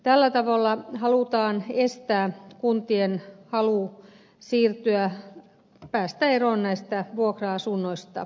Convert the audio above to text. tällä tavalla halutaan estää kuntien halua päästä eroon näistä vuokra asunnoista